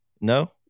No